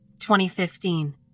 2015